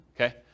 okay